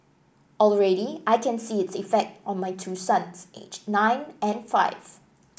already I can see its effect on my two sons aged nine and five